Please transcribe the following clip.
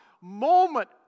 Moment